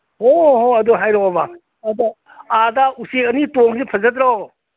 ꯑꯣ ꯍꯣ ꯑꯗꯨ ꯍꯥꯏꯔꯛꯑꯣꯕ ꯑꯗ ꯑꯥꯗ ꯎꯆꯦꯛ ꯑꯅꯤ ꯇꯣꯡꯉꯤꯁꯦ ꯐꯖꯗ꯭ꯔꯣ